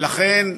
ולכן,